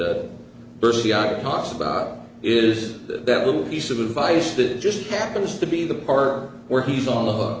are talks about is that little piece of advice that just happens to be the part where he's on the